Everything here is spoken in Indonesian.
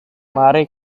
mari